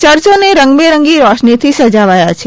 ચર્ચોને રંગબેરંગી રોશનીથી સજાવાયા છે